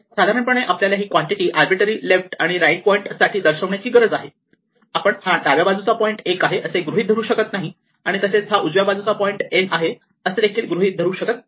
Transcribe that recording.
सामान्यपणे आपल्याला ही क्वांटीटी अर्बाईटरी लेफ्ट आणि राईट पॉईंट साठी दर्शवण्याची गरज आहे आपण हा डाव्या बाजूचा पॉईंट 1 आहे असे गृहीत धरू शकत नाही आणि तसेच हा उजव्या बाजूचा पॉईंट n आहे असे देखील गृहीत धरू शकत नाही